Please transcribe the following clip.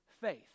faith